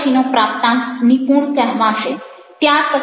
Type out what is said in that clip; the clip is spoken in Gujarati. ત્યાર પછીનો પ્રાપ્તાંક નિપુણ કહેવાશે